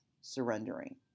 surrendering